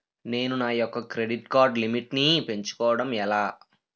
నేను నా యెక్క క్రెడిట్ కార్డ్ లిమిట్ నీ పెంచుకోవడం ఎలా?